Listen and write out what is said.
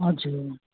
हजुर